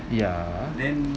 ya